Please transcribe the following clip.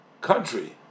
country